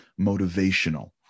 motivational